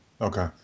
Okay